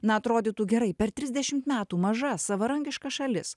na atrodytų gerai per trisdešimt metų maža savarankiška šalis